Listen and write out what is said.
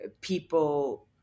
people